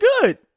good